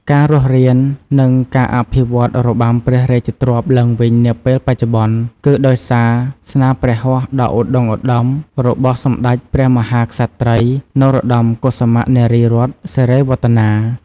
ការរស់រាន និងការអភិវឌ្ឍន៍របាំព្រះរាជទ្រព្យឡើងវិញនាពេលបច្ចុប្បន្ន គឺដោយសារស្នាព្រះហស្តដ៏ឧត្ដុង្គឧត្ដមរបស់ សម្ដេចព្រះមហាក្សត្រី នរោត្តម កុសុមៈ នារីរ័ត្ន សិរីវឌ្ឍនា។